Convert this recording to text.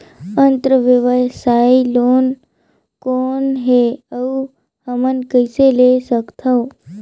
अंतरव्यवसायी लोन कौन हे? अउ हमन कइसे ले सकथन?